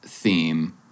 theme